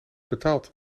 betaald